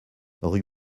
rue